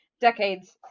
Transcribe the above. decades